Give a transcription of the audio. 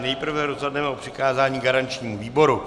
Nejprve rozhodneme o přikázání garančnímu výboru.